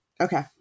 okay